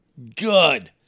Good